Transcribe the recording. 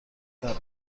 تره